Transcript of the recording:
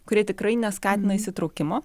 kurie tikrai neskatina įsitraukimo